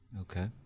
Okay